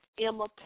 Emma